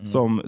Som